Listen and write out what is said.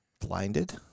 blinded